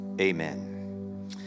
amen